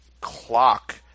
clock